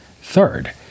Third